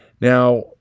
Now